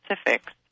specifics